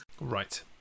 Right